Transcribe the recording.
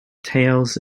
tales